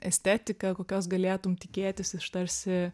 estetiką kokios galėtum tikėtis iš tarsi